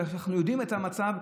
ואנחנו יודעים את המצב,